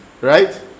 Right